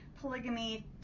polygamy